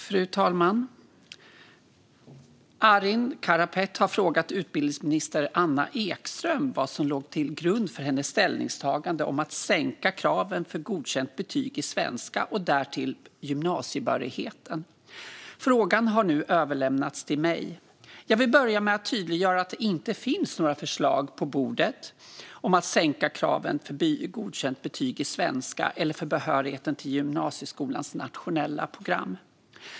Fru talman! Arin Karapet har frågat utbildningsminister Anna Ekström vad som låg till grund för hennes ställningstagande om att sänka kraven för godkänt betyg i svenska och därtill gymnasiebehörighet. Frågan har överlämnats till mig. Jag vill börja med att tydliggöra att det inte finns några förslag på bordet om att sänka kraven för godkänt betyg i svenska eller för behörighet till gymnasieskolans nationella program.